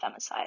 femicide